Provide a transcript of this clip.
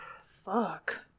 Fuck